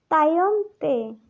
ᱛᱟᱭᱚᱢ ᱛᱮ